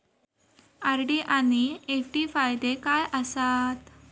RD आनि FD फायदे काय आसात?